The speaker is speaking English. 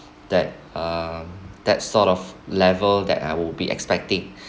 that uh that sort of level that I will be expecting